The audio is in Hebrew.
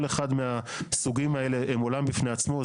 כל אחד מהסוגים האלה הם עולם בפני עצמו.